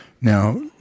Now